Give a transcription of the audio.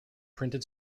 printed